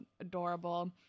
adorable